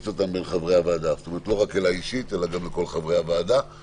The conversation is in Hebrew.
להפיץ אותם בין חברי הוועדה זאת אומרת לא רק אלי אישית,